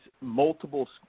multiple